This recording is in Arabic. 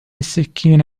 السكين